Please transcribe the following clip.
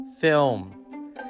film